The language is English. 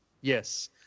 Yes